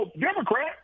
Democrat